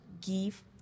give